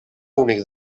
únic